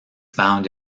found